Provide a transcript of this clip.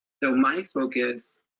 so my focus,